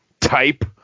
type